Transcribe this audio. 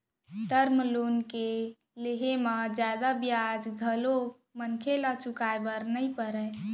term loan के लेहे म जादा बियाज घलोक मनसे ल चुकाय बर नइ परय